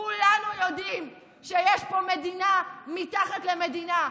כולנו יודעים שיש פה מדינה מתחת למדינה,